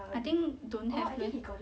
I think don't have leh